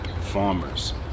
farmers